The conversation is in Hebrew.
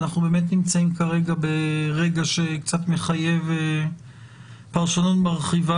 אנחנו באמת נמצאים ברגע שקצת מחייב פרשנות מרחיבה